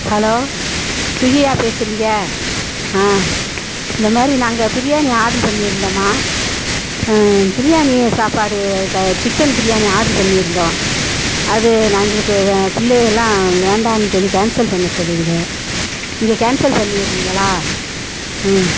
hello ஸ்விக்கியா பேசுறிங்க ஆ இந்த மாதிரி நாங்கள் பிரியாணி ஆர்ட்ரு பண்ணிருந்தோம்மா பிரியாணி சாப்பாடு க சிக்கன் பிரியாணி ஆர்ட்ரு பண்ணிருந்தோம் அது நான் எங்களுக்கு வே பிள்ளைகலாம் வேண்டாம்னு சொல்லி கேன்சல் பண்ண சொல்லுதுக இதை கேன்சல் பண்ணிறீங்களா ம்